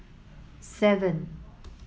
seven